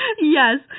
Yes